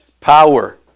power